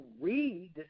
read